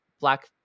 Black